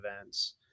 events